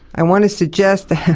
i want to suggest that